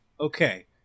okay